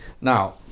Now